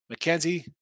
McKenzie